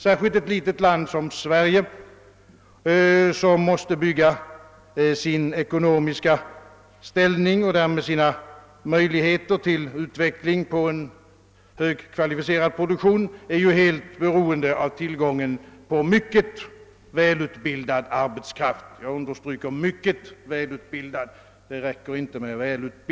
Särskilt ett litet land som Sverige, som måste bygga sin ekonomiska ställning — och därmed sina möjligheter till utveckling — på en högt kvalificerad produktion, är ju helt beroende av tillgången på mycket välutbildad arbetskraft.